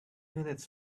minutes